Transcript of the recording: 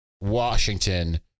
Washington